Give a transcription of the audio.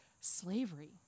slavery